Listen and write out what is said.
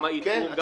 גם האיטום,